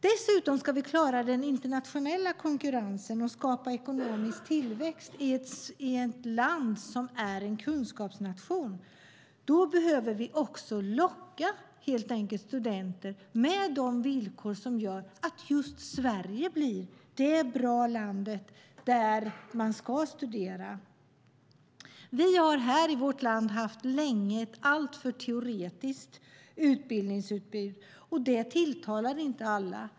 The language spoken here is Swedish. Dessutom ska vi klara den internationella konkurrensen och skapa ekonomisk tillväxt i ett land som är en kunskapsnation. Då behöver vi också locka studenter med de villkor som gör att just Sverige blir det goda land där man ska studera. Vi har i vårt land länge haft ett alltför teoretiskt utbildningsutbud. Det tilltalar inte alla.